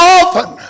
often